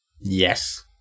yes